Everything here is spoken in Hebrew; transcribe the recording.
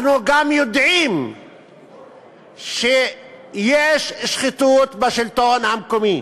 אנחנו גם יודעים שיש שחיתות בשלטון המקומי,